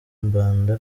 mbanda